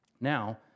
Now